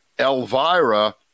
Elvira